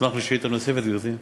אשמח לשאלה נוספת, גברתי.